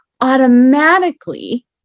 automatically